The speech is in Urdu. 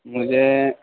مجھے